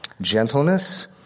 Gentleness